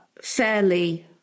fairly